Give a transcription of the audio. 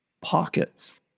pockets